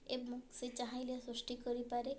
ଏବଂ ସେ ଚାହିଁଲେ ସୃଷ୍ଟି କରିପାରେ